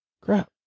Crap